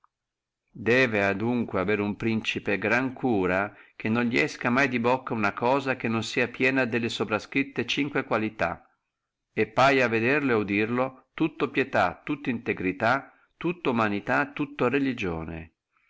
necessitato debbe adunque avere uno principe gran cura che non li esca mai di bocca una cosa che non sia piena delle soprascritte cinque qualità e paia a vederlo et udirlo tutto pietà tutto fede tutto integrità tutto relligione